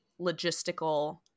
logistical